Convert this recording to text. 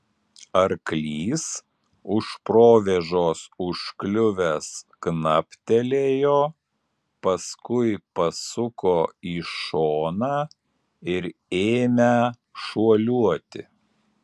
arklys už provėžos užkliuvęs knaptelėjo paskui pasuko į šoną ir ėmę šuoliuoti